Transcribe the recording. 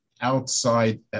outside